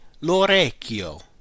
l'orecchio